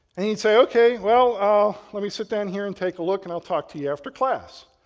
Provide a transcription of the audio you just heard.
and he said, ok, well ah let me sit down here and take a look and i'll talk to you after class.